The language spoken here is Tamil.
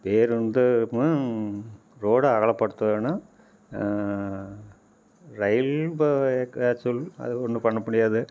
பேருந்து ரோடு அகலப்படுத்தணும் ரயில்வே அது ஒன்றும் பண்ண முடியாது